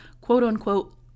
quote-unquote